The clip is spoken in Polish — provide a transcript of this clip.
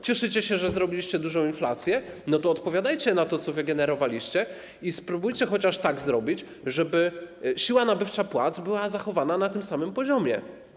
Cieszycie się, że zrobiliście dużą inflację, no to odpowiadajcie na to, co wygenerowaliście, i spróbujcie chociaż tak zrobić, żeby siła nabywcza płac była zachowana na tym samym poziomie.